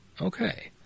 Okay